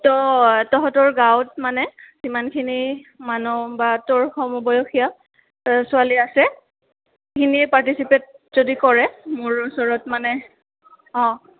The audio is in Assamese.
তো তহঁতৰ গাঁৱত মানে যিমানখিনি মানুহ বা তোৰ সমবয়সীয়া অ ছোৱালী আছে সেইখিনিয়ে পাৰ্টিচিপেট যদি কৰে মোৰ ওচৰত মানে অঁ